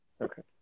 Okay